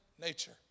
nature